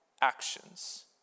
actions